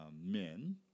men